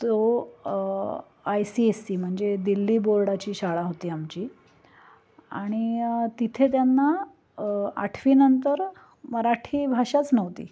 तो I C S C म्हणजे दिल्ली बोर्डाची शाळा होती आमची आणि तिथे त्यांना आठवीनंतर मराठी भाषाच नव्हती